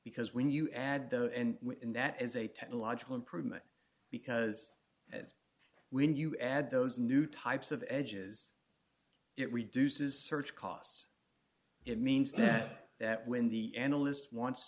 because when you add though and when that is a technological improvement because as when you add those new types of edges it reduces search costs it means that that when the analyst wants